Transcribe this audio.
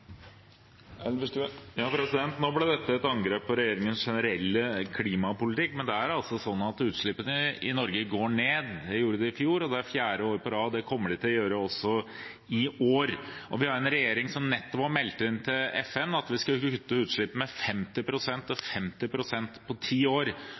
Nå ble dette et angrep på regjeringens generelle klimapolitikk, men det er altså sånn at utslippene i Norge går ned. Det gjorde de i fjor det er fjerde året på rad og det kommer de til å gjøre også i år. Vi har en regjering som nettopp har meldt inn til FN at man skulle kutte utslippene med 50 pst. på ti år,